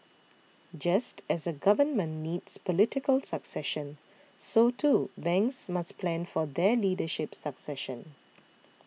just as a Government needs political succession so too banks must plan for their leadership succession